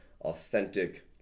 authentic